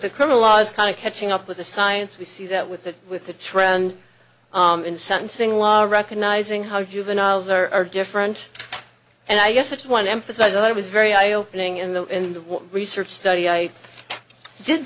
the criminal laws kind of catching up with the science we see that with the with the trend in sentencing law recognizing how juveniles are different and i guess that's one emphasize i was very eye opening in the in the research study i did